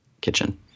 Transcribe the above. kitchen